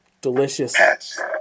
delicious